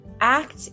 act